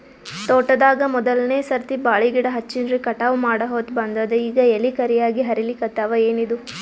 ತೋಟದಾಗ ಮೋದಲನೆ ಸರ್ತಿ ಬಾಳಿ ಗಿಡ ಹಚ್ಚಿನ್ರಿ, ಕಟಾವ ಮಾಡಹೊತ್ತ ಬಂದದ ಈಗ ಎಲಿ ಕರಿಯಾಗಿ ಹರಿಲಿಕತ್ತಾವ, ಏನಿದು?